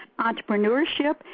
entrepreneurship